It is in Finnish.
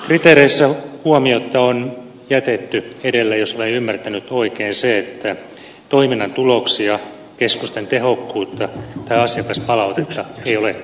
kriteereissä huomiotta on jätetty jos olen ymmärtänyt oikein se että toiminnan tuloksia keskusten tehokkuutta tai asiakaspalautetta ei ole huomioitu